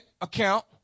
account